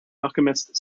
alchemist